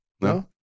No